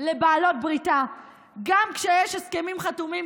לבעלות בריתה גם כשיש הסכמים חתומים,